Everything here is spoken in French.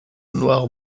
noir